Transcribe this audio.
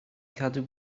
gadw